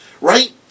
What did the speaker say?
right